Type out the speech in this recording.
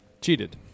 cheated